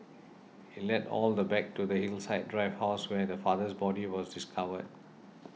it led all the back to the Hillside Drive house where the father's body was discovered